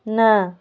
ନା